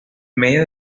medio